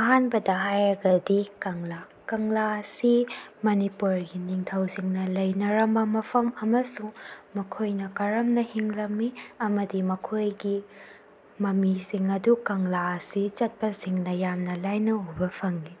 ꯑꯍꯥꯟꯕꯗ ꯍꯥꯏꯔꯒꯗꯤ ꯀꯪꯂꯥ ꯀꯪꯂꯥ ꯑꯁꯤ ꯃꯅꯤꯄꯨꯔꯒꯤ ꯅꯤꯡꯊꯧꯁꯤꯡꯅ ꯂꯩꯅꯔꯝꯕ ꯃꯐꯝ ꯑꯃꯁꯨꯡ ꯃꯈꯣꯏꯅ ꯀꯔꯝꯅ ꯍꯤꯡꯂꯝꯃꯤ ꯑꯃꯗꯤ ꯃꯈꯣꯏꯒꯤ ꯃꯃꯤꯁꯤꯡ ꯑꯗꯨ ꯀꯪꯂꯥꯁꯤ ꯆꯠꯄꯁꯤꯡꯅ ꯌꯥꯝꯅ ꯂꯥꯏꯅ ꯎꯕ ꯐꯪꯉꯤ